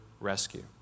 rescue